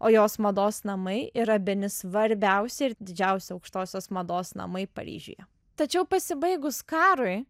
o jos mados namai yra bene svarbiausi ir didžiausi aukštosios mados namai paryžiuje tačiau pasibaigus karui